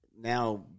Now